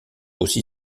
aussi